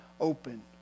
open